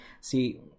See